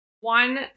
One